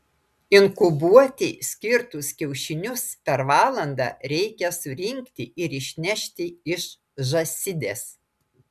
inkubuoti skirtus kiaušinius per valandą reikia surinkti ir išnešti iš žąsidės